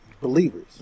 believers